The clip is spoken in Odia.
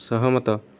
ସହମତ